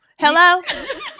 hello